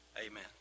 Amen